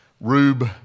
Rube